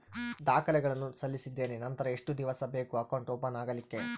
ದಾಖಲೆಗಳನ್ನು ಸಲ್ಲಿಸಿದ್ದೇನೆ ನಂತರ ಎಷ್ಟು ದಿವಸ ಬೇಕು ಅಕೌಂಟ್ ಓಪನ್ ಆಗಲಿಕ್ಕೆ?